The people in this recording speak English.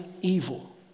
evil